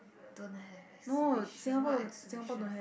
don't have exhibition what exhibition